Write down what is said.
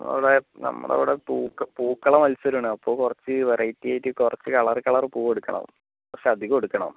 അവിടെ നമ്മൾ അവിടെ പൂക്കള മൽസരം ആണ് അപ്പോൾ കുറച്ച് വെറൈറ്റീ ആയിട്ട് കുറച്ച് കളർ കളർ പൂവ് എടുക്കണം കുറച്ച് അധികം എടുക്കണം